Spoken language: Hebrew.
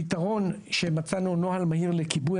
הפתרון שמצאנו נוהל מהיר לכיבוי,